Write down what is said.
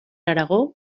aragó